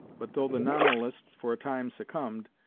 but though the nominalists for a time succumbed,